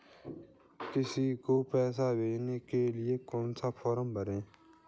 किसी को पैसे भेजने के लिए कौन सा फॉर्म भरें?